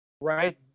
right